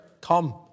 come